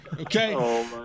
Okay